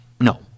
No